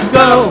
go